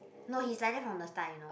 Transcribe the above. no he's like that from the start you know